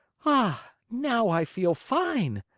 ah! now i feel fine!